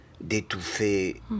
d'étouffer